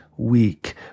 Weak